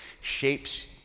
shapes